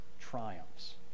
triumphs